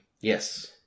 Yes